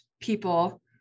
people